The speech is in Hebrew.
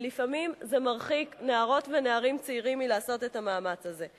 ולפעמים זה מרחיק נערות ונערים צעירים מלעשות את המאמץ הזה.